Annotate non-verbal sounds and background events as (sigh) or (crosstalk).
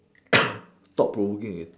(coughs) stop provoking again